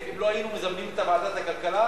אם לא היינו מזמנים את ועדת הכלכלה,